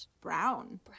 Brown